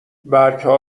برگها